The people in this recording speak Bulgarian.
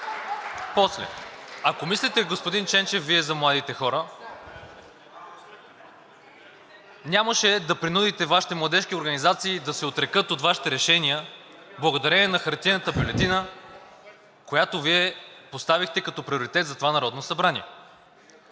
ако мислите, господин Ченчев, Вие за младите хора, нямаше да принудите Вашите младежки организации да се отрекат от Вашите решения благодарение на хартиената бюлетина, която Вие поставихте като приоритет за това Народно събрание.